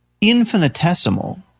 infinitesimal